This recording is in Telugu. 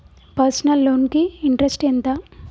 పర్సనల్ లోన్ కి ఇంట్రెస్ట్ ఎంత?